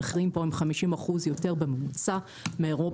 המחירים פה הם חמישים אחוז יותר בממוצע מאירופה,